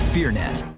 Fearnet